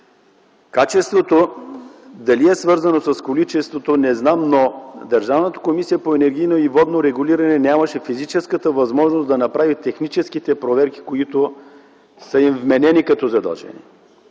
качеството е свързано с количеството не знам, но Държавната комисия за енергийно и водно регулиране нямаше физическата възможност да направи техническите проверки, които са й вменени като задължение.